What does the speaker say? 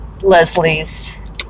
Leslie's